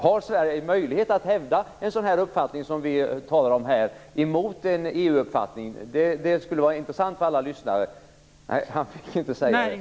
Har Sverige en möjlighet att hävda en sådan uppfattning som den vi talar om här gentemot en EU-uppfattning? Det skulle vara intressant för alla lyssnare. Nej, det blev inte handelsministern.